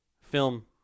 Film